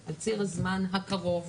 שעל ציר הזמן הקרוב,